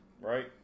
Right